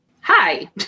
Hi